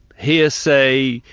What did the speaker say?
hearsay,